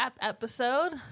episode